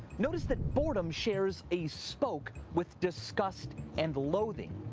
notice that boredom shares a spoke with disgust and loathing.